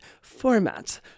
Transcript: format